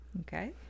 Okay